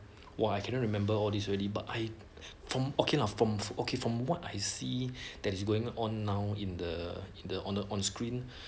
!wah! I cannot remember all this already but I from okay lah from from what I see that is going on now in the in the on the on screen